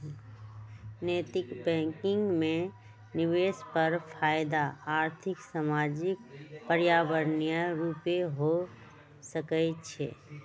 नैतिक बैंकिंग में निवेश पर फयदा आर्थिक, सामाजिक, पर्यावरणीय रूपे हो सकइ छै